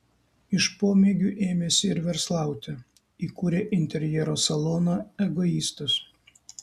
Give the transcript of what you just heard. iš pomėgių ėmėsi ir verslauti įkūrė interjero saloną egoistas